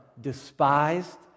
Despised